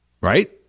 right